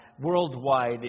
worldwide